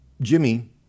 Jimmy